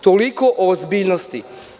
Toliko o ozbiljnosti.